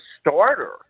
starter